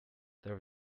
there